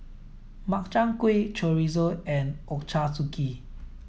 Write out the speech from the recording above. Makchang Gui Chorizo and Ochazuke